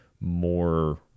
more